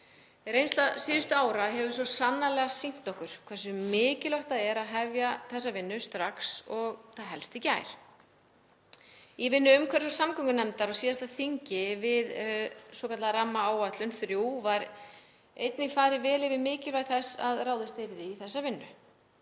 Reynsla síðustu ára hefur svo sannarlega sýnt okkur hversu mikilvægt það er að hefja þessa vinnu strax og það helst í gær. Í vinnu umhverfis- og samgöngunefndar á síðasta þingi við svokallaða rammaáætlun 3 var einnig farið vel yfir mikilvægi þess að ráðist yrði í þessa vinnu.